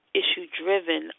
issue-driven